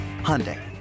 Hyundai